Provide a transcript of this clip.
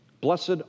Blessed